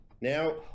now